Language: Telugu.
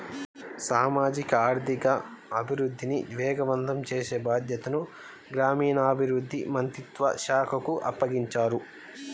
సామాజిక ఆర్థిక అభివృద్ధిని వేగవంతం చేసే బాధ్యతను గ్రామీణాభివృద్ధి మంత్రిత్వ శాఖకు అప్పగించారు